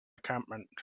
encampment